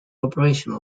operations